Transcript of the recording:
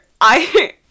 I-